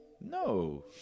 no